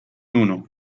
uno